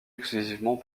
exclusivement